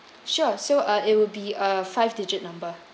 sure so uh it will be a five digit number